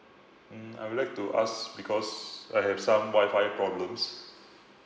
mm I would like to ask because I have some Wi-Fi problems